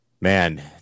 man